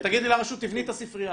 ותגידי לרשות, תיבני את הספרייה.